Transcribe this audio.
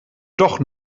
doch